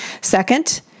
Second